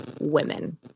women